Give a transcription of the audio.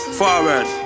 forward